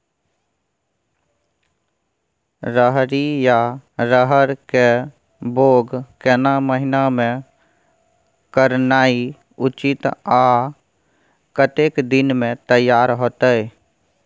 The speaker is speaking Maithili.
रहरि या रहर के बौग केना महीना में करनाई उचित आ कतेक दिन में तैयार होतय?